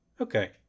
Okay